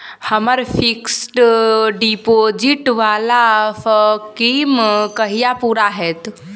हम्मर fixed deposit वला scheme कहिया पूरा हैत?